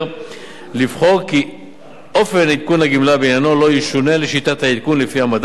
לבחור כי אופן עדכון הגמלה בעניינו לא ישונה לשיטת העדכון לפי המדד,